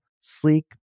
sleek